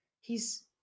He's-